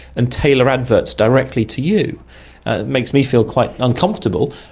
and tailor adverts directly to you? it makes me feel quite uncomfortable,